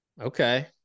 Okay